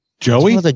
Joey